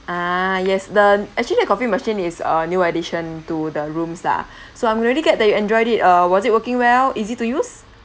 ah yes the actually the coffee machine is uh new addition to the rooms lah so I'm really glad that you enjoyed it uh was it working well easy to use